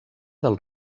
del